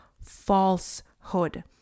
falsehood